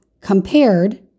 compared